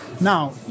now